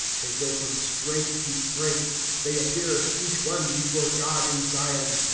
they go from strength to strength they appear, each one, before god in zion.